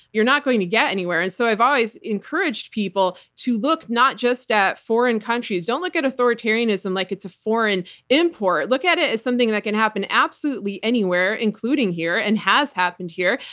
you're not going to get anywhere. and so i've always encouraged people to look not just at foreign countries. don't look at authoritarianism like it's a foreign import. look at it as something that can happen absolutely anywhere, including here, and has happened here,